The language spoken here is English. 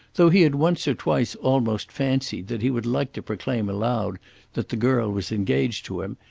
though he had once or twice almost fancied that he would like to proclaim aloud that the girl was engaged to him,